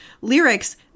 lyrics